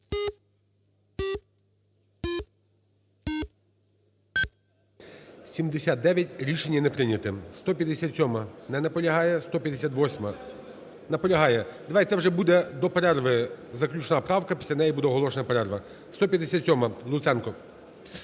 За-79 Рішення не прийнято. 157-а. Не наполягає. 158-а... Наполягає. Давайте це вже буде до перерви заключна правка, після неї буде оголошена перерва. 157-а, Луценко.